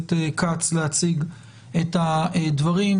הכנסת כץ להציג את הדברים,